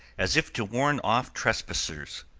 as if to warn off trespassers.